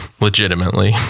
Legitimately